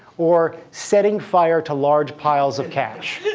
or setting fire to large piles of cash,